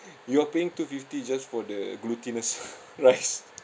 you are paying two fifty just for the glutinous rice